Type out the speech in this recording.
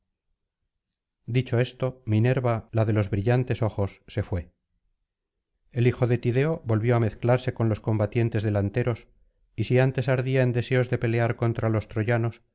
dicho esto minerva la de los brillantes ojos se fué el hijo de tideo volvió á mezclarse con los combatientes delanteros y si antes ardía en deseos de pelear contra los troyanos